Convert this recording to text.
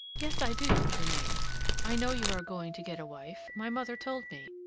yes, i do, germain i know you are going to get a wife my mother told me,